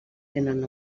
tenen